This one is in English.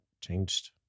changed